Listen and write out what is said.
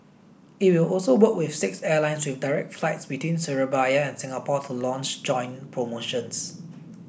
it will also work with six airlines with direct flights between Surabaya and Singapore to launch joint promotions